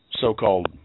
so-called